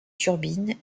turbines